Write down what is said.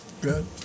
Good